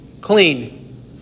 clean